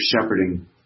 shepherding